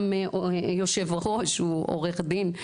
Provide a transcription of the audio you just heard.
גם יושב הראש הוא עורך דין,